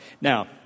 Now